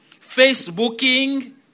Facebooking